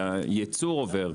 היצור עובר.